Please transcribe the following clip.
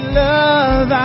love